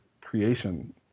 creation